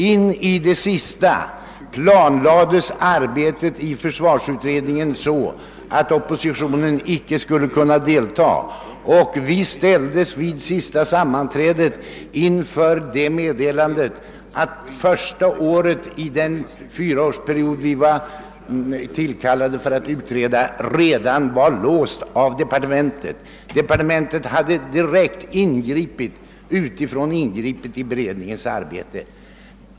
In i det sista planlades arbetet i försvarsutredningen så, att oppositionen inte skulle kunna delta. Vid sista sammanträdet ställdes vi inför meddelandet, att kostnadsramen för det första året av den fyraårsperiod, som vi var kallade att utreda, redan var låst av departementet. Departementet hade direkt ingripit i beredningens arbete, gjort det omöjligt.